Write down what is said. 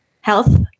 health